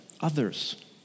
others